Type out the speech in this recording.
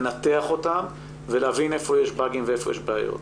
לנתח אותם ולהבין היכן יש באגים והיכן יש בעיות.